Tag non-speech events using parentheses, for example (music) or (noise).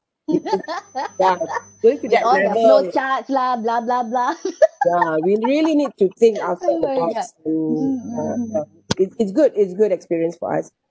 (laughs) with all the flow charts lah blah blah blah (laughs) we really need to think out of the box mm (uh huh) it's it's good it's a good experience for us